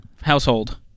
household